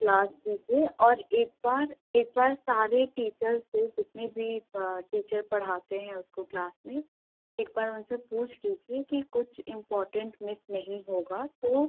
class दीजिए और एक बार एक बार सारे टीचर से जितने भी टीचर पढ़ाते हैं उसको टीचर में एक बार उनसे पूछ लीजिए कि कुछ इम्पोर्टेंट मिस नहीं होगा तो